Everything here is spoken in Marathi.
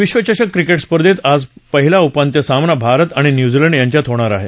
विश्वचषक क्रिकेट स्पर्धेत आज पहिला उपांत्य सामना भारत आणि न्यूझीलंड यांच्यात होणार आहे